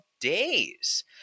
days